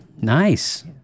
Nice